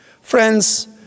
Friends